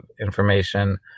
information